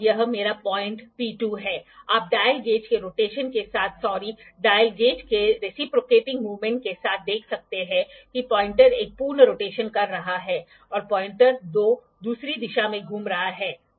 vernier protractor एक उपकरण है हम देखेंगे एक यांत्रिक समर्थन या बस तंत्र के साथ उन्हें किसी दिए गए वर्क पीस के खिलाफ सटीक रूप से स्थिति देने और रीडिंग को लॉक करने के लिए प्रदान किया गया है